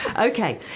Okay